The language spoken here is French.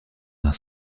d’un